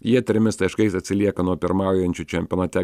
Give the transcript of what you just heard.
jie trimis taškais atsilieka nuo pirmaujančių čempionate